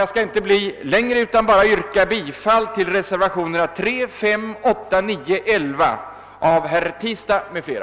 Jag skall inte yttra mig längre utan vill bara yrka bifall till reservationerna 3, 5, 8, 9 och 11 av herr Tistad m.fl.